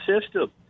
system